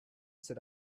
sit